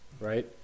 right